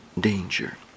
danger